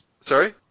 Sorry